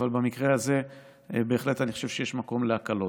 אבל במקרה הזה בהחלט אני חושב שיש מקום להקלות.